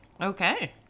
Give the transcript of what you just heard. Okay